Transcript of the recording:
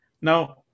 Now